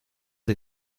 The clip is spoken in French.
des